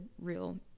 real